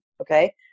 okay